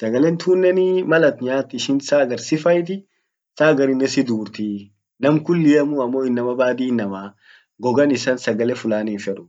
Sagalen tunneni mal at nyaat ishin saa hagar sifaiti saa hagarinen sidurtii nam kulliamu amo innama baadi innama goga isa sagale flani hinfedu